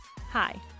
Hi